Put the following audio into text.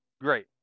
great